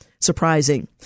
surprising